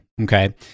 Okay